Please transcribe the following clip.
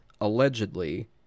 allegedly